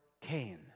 Cain